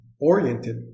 oriented